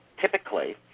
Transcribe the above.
typically